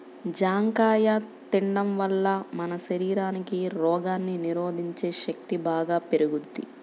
జాంకాయ తిండం వల్ల మన శరీరానికి రోగాల్ని నిరోధించే శక్తి బాగా పెరుగుద్ది